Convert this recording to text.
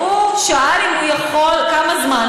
הוא שאל אם הוא יכול, כמה זמן.